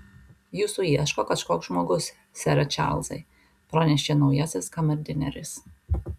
jūsų ieško kažkoks žmogus sere čarlzai pranešė naujasis kamerdineris